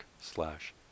slash